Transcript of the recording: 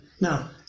now